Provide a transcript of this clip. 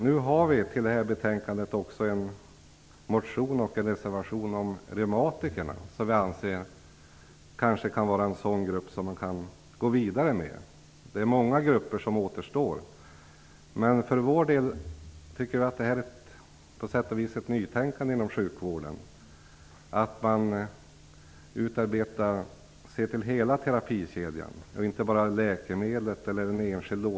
Nu har vi till det här betänkandet fogat en reservation om reumatikerna, som vi anser kan vara en sådan grupp som man kan gå vidare med. Det är många grupper som återstår. För vår del tycker vi att det på sätt och vis är ett nytänkande inom sjukvården att man ser till hela terapikedjan och inte bara läkemedlet eller en enskild åtgärd.